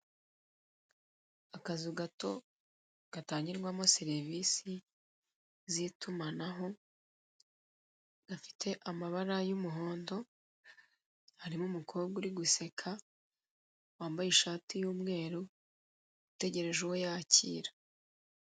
Akazu gato gata girwamo serivise z'itumanaho gafite amabara y'umuhondo harimo umukobwa uri guseka wambaye ishati y'umweru utegereje uwo yakira.